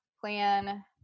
plan